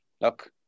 Look